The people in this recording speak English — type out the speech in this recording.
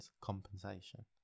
compensation